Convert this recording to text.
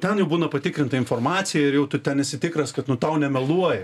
ten jau būna patikrinta informacija ir jau tu ten esi tikras kad nu tau nemeluoja tepkite tik